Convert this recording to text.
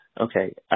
Okay